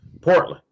Portland